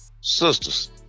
Sisters